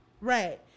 Right